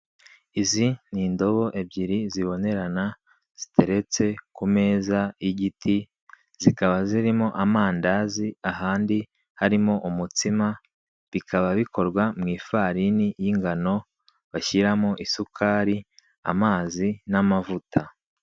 Izi ni indobo ebyiri zibonerena, ziteretse ku meza y'igiti, zikaba zirimo amandazi, ahandi arimo umutsima, bikaba bikorwa mu ifarini y'ingano, bashyiramo isukari, amazi, n'amavuta.